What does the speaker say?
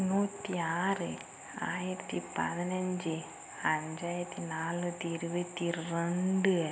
நூற்றி ஆறு ஆயிரத்தி பதினஞ்சி அஞ்சாயிரத்தி நானூற்றி இருபத்தி ரெண்டு